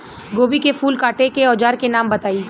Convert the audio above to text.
गोभी के फूल काटे के औज़ार के नाम बताई?